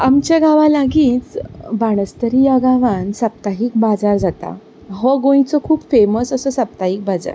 आमच्या गांवा लागींच बाणस्तरी ह्या गांवांत सप्ताहीक बाजार जाता हो गोंयचो खूब फॅमस असो सप्ताहीक बाजार